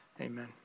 Amen